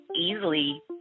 easily